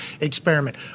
experiment